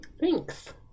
thanks